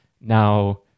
Now